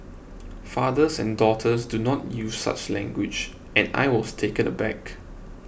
fathers and daughters do not use such language and I was taken aback